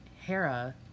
Hera